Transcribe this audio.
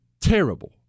terrible